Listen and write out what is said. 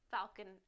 Falcon